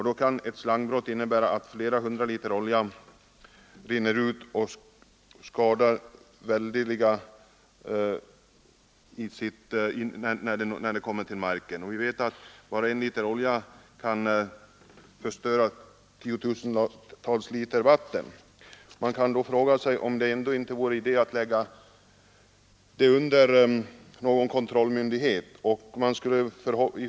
Då kan ett slangbrott innebära att flera hundra liter olja rinner ut och skadar marken eller med ytvatten förs till bäckar, tjärnar eller sjöar och kan åstadkomma skador på både fisk och djur. Vi vet ju att bara en liter olja kan förstöra 10 000 liter vatten. Man kan då fråga sig om det ändå inte vore idé att lägga handhavandet av oljor av olika slag inom skogsbruket under någon kontrollmyndighet.